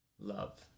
Love